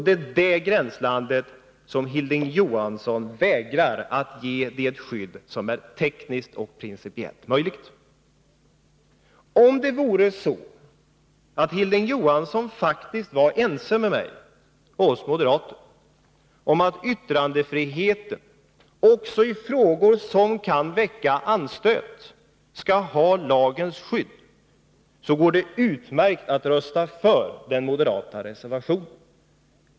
Det är det gränslandet som Hilding Johansson vägrar att ge det skydd som är tekniskt och principiellt möjligt. Om Hilding Johansson verkligen vore ense med mig och oss moderater om att yttrandefriheten också i frågor som kan väcka anstöt skall ha lagens skydd, skulle det gå utmärkt att rösta för den moderata reservationen.